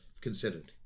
considered